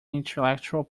intellectual